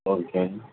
okay